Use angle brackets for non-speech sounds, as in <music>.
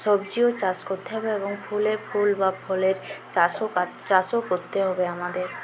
সবজিও চাষ করতে হবে এবং ফুলের ফুল বা ফলের চাষও <unintelligible> চাষও করতে হবে আমাদের